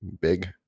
big